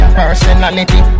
personality